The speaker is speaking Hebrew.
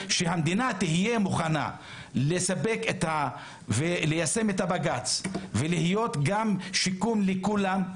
שהמדינה תהיה מוכנה ליישם את הבג"ץ ולהיות גם שיקום לכולם.